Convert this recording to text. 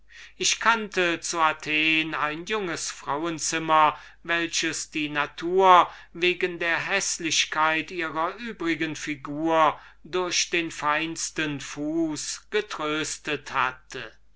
ich kannte zu athen ein junges frauenzimmer welches die natur wegen der häßlichkeit ihrer übrigen figur durch sehr artige füße getröstet hatte